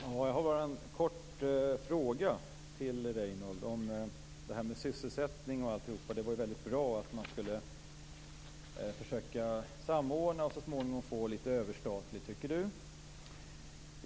Fru talman! Jag har bara en kort fråga till Reynoldh Furustrand om sysselsättning och alltihop. Det var väldigt bra att man skulle försöka samordna och så småningom få det litet överstatligt, tycker han.